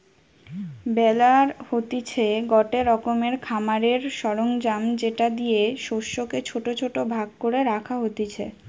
বেলার হতিছে গটে রকমের খামারের সরঞ্জাম যেটা দিয়ে শস্যকে ছোট ছোট ভাগ করে রাখা হতিছে